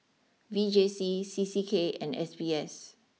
V J C C C K and S B S